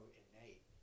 innate